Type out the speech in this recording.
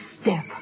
step